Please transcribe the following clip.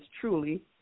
truly